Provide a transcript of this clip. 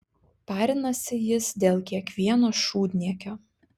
parinasi jis dėl kiekvieno šūdniekio